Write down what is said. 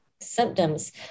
symptoms